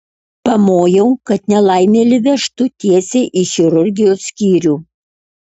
pamojau kad nelaimėlį vežtų tiesiai į chirurgijos skyrių